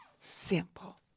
simple